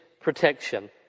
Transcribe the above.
protection